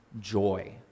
joy